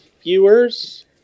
viewers